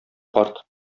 карт